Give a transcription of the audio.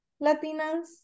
Latinas